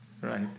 Right